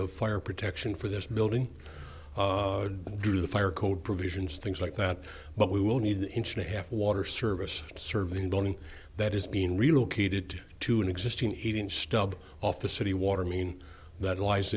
of fire protection for this building due to the fire code provisions things like that but we will need an inch and a half water service serving building that is being relocated to an existing heating stub off the city water mean that lies